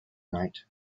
night